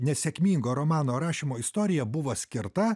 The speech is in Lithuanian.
nesėkmingo romano rašymo istorija buvo skirta